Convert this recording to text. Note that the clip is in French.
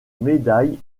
médaille